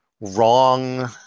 wrong